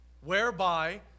whereby